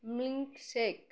milk shake